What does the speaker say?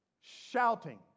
shouting